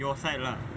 your side lah